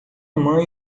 mãe